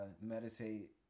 meditate